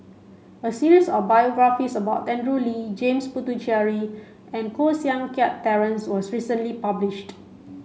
a series of biographies about Andrew Lee James Puthucheary and Koh Seng Kiat Terence was recently published